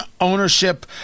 ownership